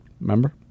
Remember